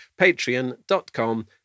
patreon.com